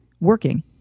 working